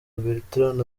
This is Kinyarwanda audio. bertrand